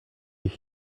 ich